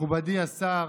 מכובדי השר,